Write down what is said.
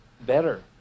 better